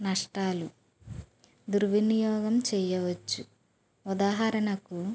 నష్టాలు దుర్వినియోగం చెయ్యవచ్చు ఉదాహరణకు